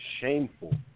shameful